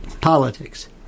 politics